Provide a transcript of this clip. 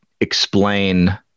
explain